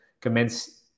commence